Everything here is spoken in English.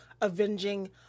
avenging